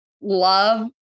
love